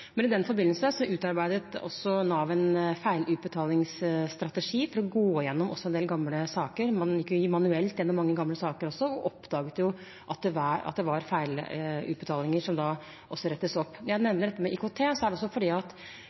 I den forbindelse utarbeidet Nav en feilutbetalingsstrategi for å gå gjennom en del gamle saker. Man gikk manuelt gjennom mange gamle saker og oppdaget at det var feilutbetalinger, som rettes opp. Når jeg nevner dette med IKT, er det også fordi at